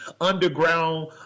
underground